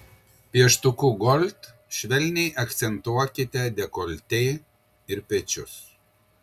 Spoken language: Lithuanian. pieštuku gold švelniai akcentuokite dekoltė ir pečius